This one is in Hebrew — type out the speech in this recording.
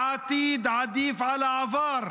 והעתיד עדיף על העבר,